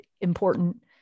important